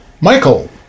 Michael